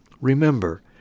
Remember